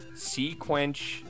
Sequence